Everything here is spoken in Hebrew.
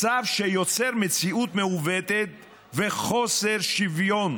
זה מצב שיוצר מציאות מעוותת וחוסר שוויון,